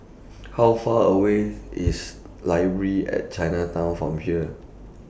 How Far away IS Library At Chinatown from here